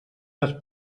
les